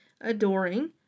adoring